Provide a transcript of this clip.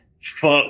Fuck